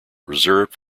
reserved